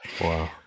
Wow